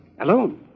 alone